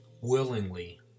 willingly